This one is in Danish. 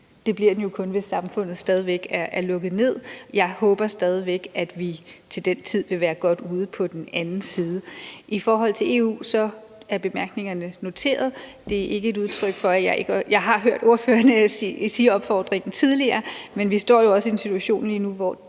det bliver den jo kun, hvis samfundet stadig væk er lukket ned. Jeg håber stadig væk, at vi til den tid vil være godt ude på den anden side. I forhold til EU er bemærkningerne noteret. Jeg har hørt ordføreren komme med opfordringen tidligere, men vi står jo også i en situation lige nu, hvor